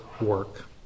work